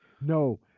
No